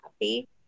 happy